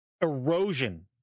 erosion